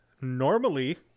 Normally